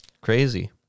Crazy